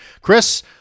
Chris